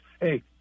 Hey